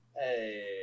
Hey